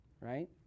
right